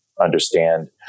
understand